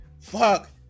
fuck